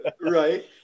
right